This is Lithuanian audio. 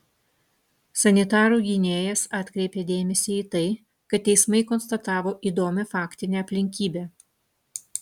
sanitarų gynėjas atkreipė dėmesį į tai kad teismai konstatavo įdomią faktinę aplinkybę